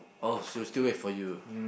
oh she will still wait for you